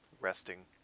resting